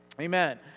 Amen